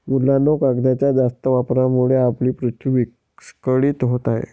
मुलांनो, कागदाच्या जास्त वापरामुळे आपली पृथ्वी विस्कळीत होत आहे